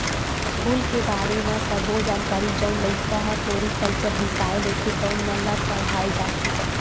फूल के बारे म सब्बो जानकारी जउन लइका ह फ्लोरिकलचर बिसय लेथे तउन मन ल पड़हाय जाथे